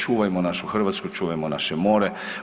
Čuvajmo našu Hrvatsku, čuvajmo naše more.